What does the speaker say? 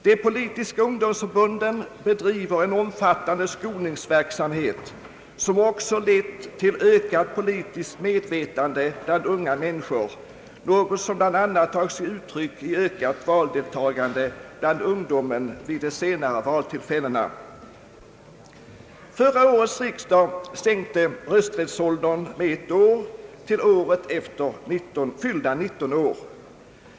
De politiska ungdomsförbunden bedriver en omfattande skolningsverksamhet, som också lett till ökat politiskt medvetande bland unga människor, något som bl.a. tagit sig uttryck i ökat valdeltagande bland ungdomen vid de senaste valtillfällena. Förra årets riksdag sänkte rösträttsåldern med ett år till året efter fyllda 19 år.